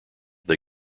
they